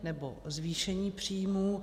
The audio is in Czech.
Nebo zvýšení příjmů?